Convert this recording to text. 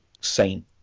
saint